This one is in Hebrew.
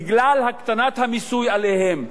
בגלל הקטנת המיסוי עליהן,